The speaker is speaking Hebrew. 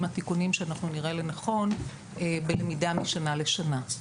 התיקונים שאנחנו נראה לנכון בלמידה משנה לשנה.